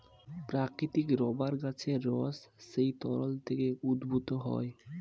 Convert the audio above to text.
প্রাকৃতিক রাবার গাছের রস সেই তরল থেকে উদ্ভূত হয়